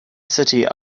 city